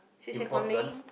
import gun